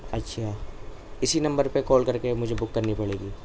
اچھا اسی نمبر پہ کال کر کے مجھے بک کرنی پڑے گی